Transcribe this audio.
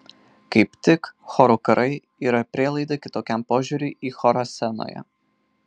kaip tik chorų karai yra prielaida kitokiam požiūriui į chorą scenoje